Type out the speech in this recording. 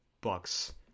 Bucks